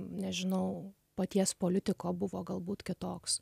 nežinau paties politiko buvo galbūt kitoks